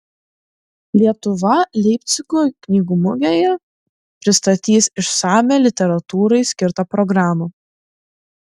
lietuva leipcigo knygų mugėje pristatys išsamią literatūrai skirtą programą